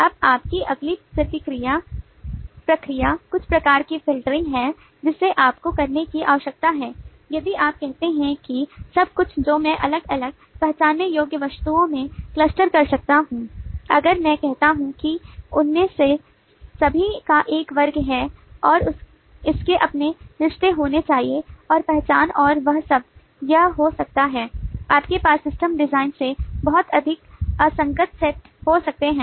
अब आपकी अगली प्रक्रिया कुछ प्रकार की फ़िल्टरिंग है जिसे आपको करने की आवश्यकता है यदि आप कहते हैं कि सब कुछ जो मैं अलग अलग पहचानने योग्य वस्तुओं में क्लस्टर कर सकता हूं अगर मैं कहता हूं कि उनमें से सभी का एक वर्ग है और इसके अपने रिश्ते होने चाहिए और पहचान और वह सब यह हो सकता है आपके पास सिस्टम डिजाइन के बहुत अधिक असंगत सेट हो सकते हैं